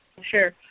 sure